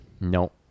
No